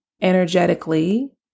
energetically